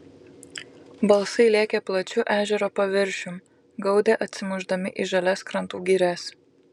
balsai lėkė plačiu ežero paviršium gaudė atsimušdami į žalias krantų girias